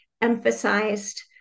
emphasized